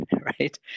right